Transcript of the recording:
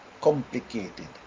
complicated